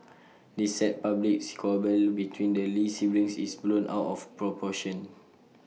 this sad public squabble between the lee siblings is blown out of proportion